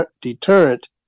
deterrent